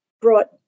brought